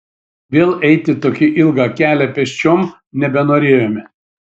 vėl eiti tokį ilgą kelią pėsčiom nebenorėjome